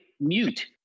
Mute